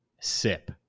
sip